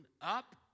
up